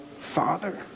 Father